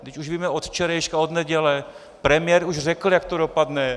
Vždyť už víme od včerejška, od neděle, premiér už řekl, jak to dopadne.